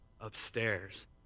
upstairs